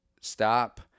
stop